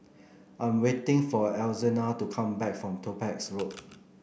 I'm waiting for Alzina to come back from Topaz Road